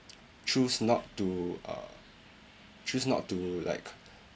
choose not to uh choose not to like